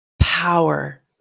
Power